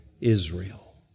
Israel